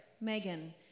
Megan